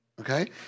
okay